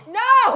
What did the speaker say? no